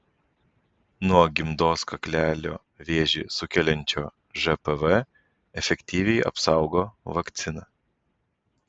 nuo gimdos kaklelio vėžį sukeliančio žpv efektyviai apsaugo vakcina